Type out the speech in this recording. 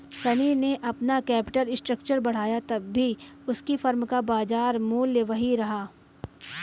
शनी ने अपना capital structure बढ़ाया तब भी उसकी फर्म का बाजार मूल्य वही रहा